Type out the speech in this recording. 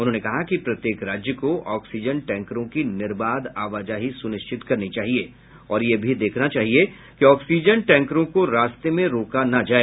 उन्होंने कहा कि प्रत्येक राज्य को ऑक्सीजन टैंकरों की निर्बाध आवाजाही सुनिश्चित करनी चाहिए और यह भी देखना चाहिए कि ऑक्सीजन टैंकरों को रास्ते में रोका न जाए